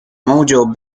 mojo